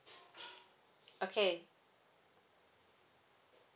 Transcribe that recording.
okay